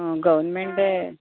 గవర్నమెంటే